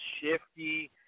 shifty